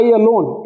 alone